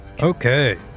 Okay